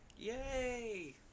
Yay